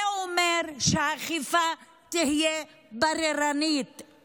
זה אומר שהאכיפה תהיה בררנית,